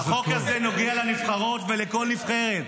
החוק הזה נוגע לנבחרות ולכל נבחרת.